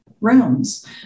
rooms